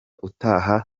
utaha